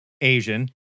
Asian